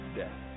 death